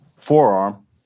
forearm